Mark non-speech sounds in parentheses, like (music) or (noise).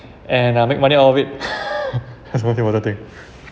and uh make money out of it (laughs) that's the most important thing (breath)